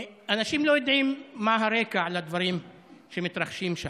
אנשים לא יודעים מה הרקע לדברים שמתרחשים שם.